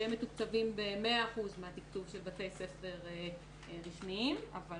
שהם מתוקצבים ב-100% מן התקצוב של בתי ספר רשמיים אבל